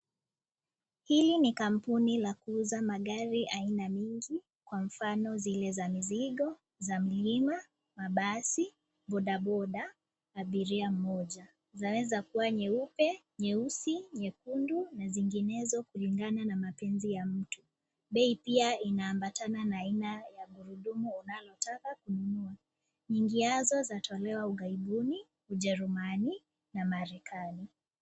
Hili ni kampuni la kuuza magari aina mingi kwa mfano zile za mizigo, za milima, mabasi, bodaboda, na abiria mmoja. Zaweza kuwa nyeupe, nyeusi, nyekundu na zinginezo kulingana na mapenzi ya mtu bei pia inaambatana na aina ya guruduma unalotaka kununua, nyingi yazo zatolewa Ugaibuni, Jerumani na Marikani.